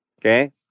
Okay